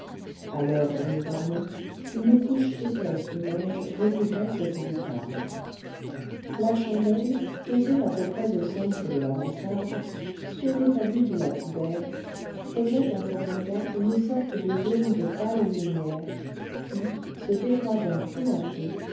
à l'heure dont nous parlons une couche épaisse de neige recouvrait cette lucarne la chandelle posée à peu près au centre de la mansarde sur l'établi du lapidaire projette en cet endroit une sorte de zone de pâle lumière qui se dégradant peu à peu